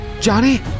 Johnny